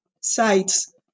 sites